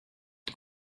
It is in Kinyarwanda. uru